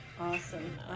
Awesome